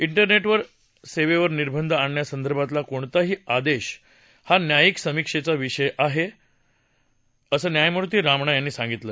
internet सेवेवर निर्बंध आणण्यासंदर्भातला कोणताही आदेश हा न्यायिक समीक्षेचा विषय आहे असं न्यायमूर्ती रामणा यांनी सांगितलं